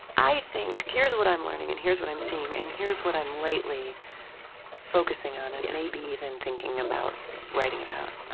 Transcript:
i think here's what i'm learning, and here's what i'm seeing, and here's what i'm lately focusing on and maybe even thinking about writing about.